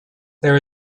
there